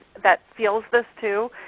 that feels this too.